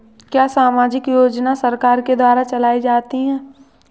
क्या सामाजिक योजना सरकार के द्वारा चलाई जाती है?